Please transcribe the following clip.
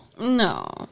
No